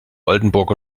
oldenburg